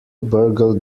burgle